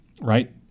right